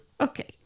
Okay